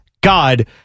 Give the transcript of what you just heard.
God